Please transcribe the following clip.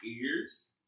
ears